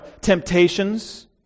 Temptations